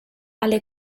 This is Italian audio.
alle